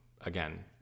again